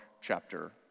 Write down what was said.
chapter